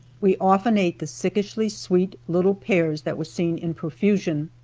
we often ate the sickishly sweet little pears that were seen in profusion.